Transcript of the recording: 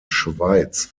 schweiz